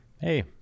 hey